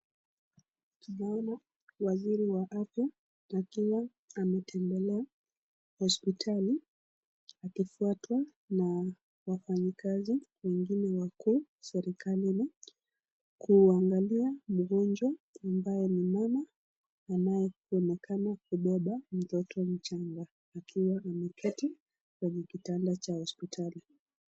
Tunaona waziri wa afya, akiwa ametembelea hospitali akifwatwa na wafanyikazi wengine wakuu serikalini, kunangalia mgonjwa ambaye ni mama anaye onekana kubeba mtoto mchanga, akiwa ameketi kwenye kitanda cha hospitali.